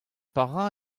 petra